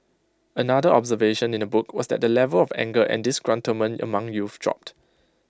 another observation in the book was that the level of anger and disgruntlement among youth dropped